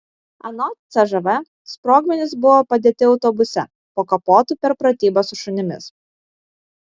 anot cžv sprogmenys buvo padėti autobuse po kapotu per pratybas su šunimis